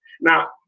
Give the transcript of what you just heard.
Now